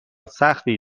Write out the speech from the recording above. سختی